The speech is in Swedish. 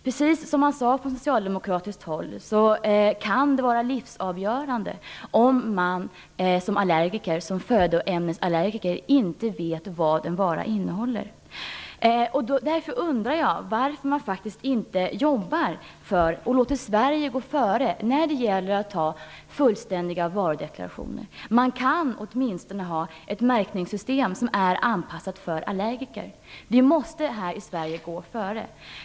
Precis som det sades från socialdemokratiskt håll kan det vara livsavgörande om man som födoämnesallergiker inte vet vad en vara innehåller. Därför undrar jag varför man inte jobbar för och låter Sverige gå före när det gäller att ha fullständiga varudeklarationer. Man kan åtminstone ha ett märkningssystem som är anpassat för allergiker. Vi måste här i Sverige gå före.